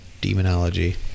demonology